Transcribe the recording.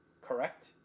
correct